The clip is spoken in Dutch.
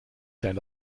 zijn